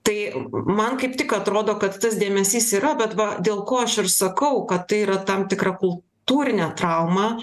tai man kaip tik atrodo kad tas dėmesys yra bet va dėl ko aš ir sakau kad tai yra tam tikra kultūrinė trauma